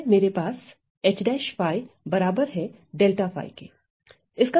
पता है मेरे पास〈H′ 𝜙〉बराबर है〈𝜹𝜙〉के